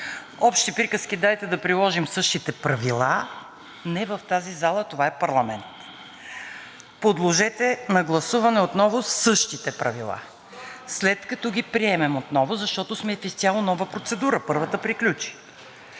Общи приказки: дайте да приложим същите правила – не в тази зала, това е парламент. Подложете на гласуване отново същите правила, защото сме в изцяло нова процедура, първата приключи.